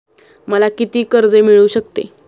मला किती कर्ज मिळू शकते?